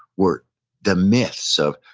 were the myths of,